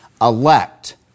elect